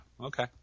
Okay